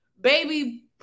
baby